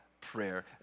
prayer